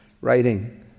writing—